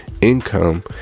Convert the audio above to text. income